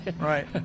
Right